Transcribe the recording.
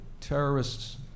terrorists